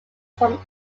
from